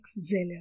Zeller